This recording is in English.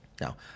Now